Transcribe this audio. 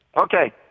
Okay